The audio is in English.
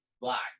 black